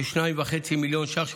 כ-2.5 מיליון ש"ח,